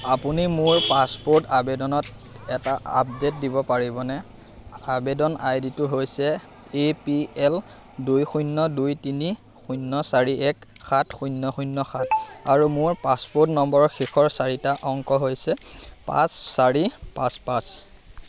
আপুনি মোৰ পাছপ'ৰ্ট আবেদনত এটা আপডে'ট দিব পাৰিবনে আৱেদন আই ডিটো হৈছে এ পি এল দুই শূন্য দুই তিনি শূন্য চাৰি এক সাত শূন্য শূন্য সাত আৰু মোৰ পাছপ'ৰ্ট নম্বৰৰ শেষৰ চাৰিটা অংক হৈছে পাঁচ চাৰি পাঁচ পাঁচ